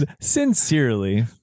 Sincerely